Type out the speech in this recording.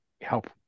help